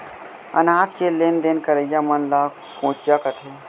अनाज के लेन देन करइया मन ल कोंचिया कथें